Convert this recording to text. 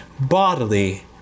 bodily